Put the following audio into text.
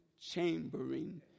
Chambering